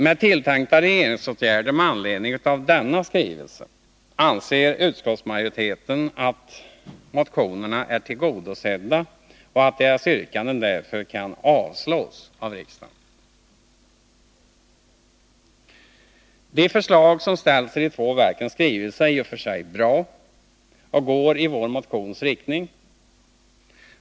Med de tilltänkta regeringsåtgärderna med anledning av denna skrivelse anser utskottsmajoriteten att motionerna är tillgodosedda och att deras yrkanden därmed kan avslås av riksdagen. De förslag som ställs i de två verkens skrivelse är i och för sig bra och går i vår motions riktning.